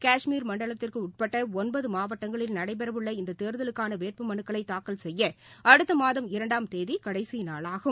கஷ்மீர் மண்டலத்திற்குஉட்பட்டஒன்பதமாவட்டங்களில் நடைபெறவுள்ள இந்ததேர்தலுக்கானவேட்புமனுக்களைதாக்கல் செய்யஅடுத்தமாதம் இரண்டாம் தேதிகடைசிநாளாகும்